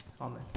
Amen